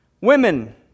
Women